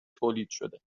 تولیدشده